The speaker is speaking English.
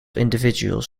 individuals